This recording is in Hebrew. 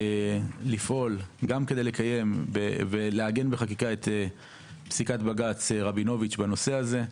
ולפעול גם כדי לקיים ולעגן בחקיקה את פסיקת בג"ץ רבינוביץ' בנושא הזה,